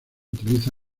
utiliza